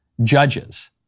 judges